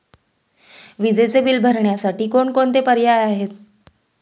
विजेचे बिल भरण्यासाठी कोणकोणते पर्याय आहेत?